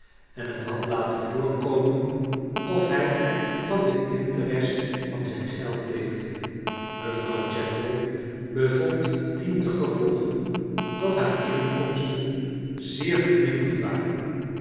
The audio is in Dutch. en het had laten vocrkomen of hij van de interest van zijn geld leefde mevrouw general bevond dientengevolge dat haar inkomsten zeer verminderd waren